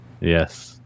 Yes